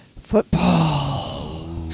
Football